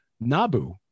Nabu